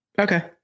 Okay